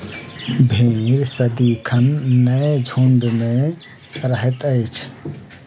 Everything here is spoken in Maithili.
भेंड़ सदिखन नै झुंड मे रहैत अछि